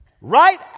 right